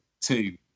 Two